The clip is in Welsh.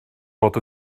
bod